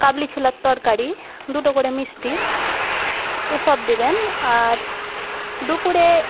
কাবলি ছোলার তরকারি দুটো করে মিষ্টির এসব দেবেন আর দুপুরে